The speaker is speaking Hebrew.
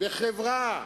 בחברה.